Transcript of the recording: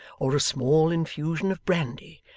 or a small infusion of brandy,